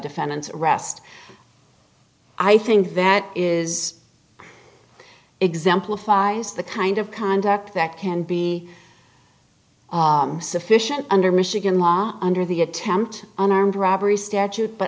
defendant's arrest i think that is exemplifies the kind of conduct that can be sufficient under michigan law under the attempt an armed robbery statute but